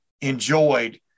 enjoyed